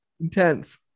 intense